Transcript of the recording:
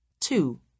Two